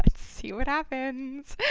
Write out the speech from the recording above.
see what happens.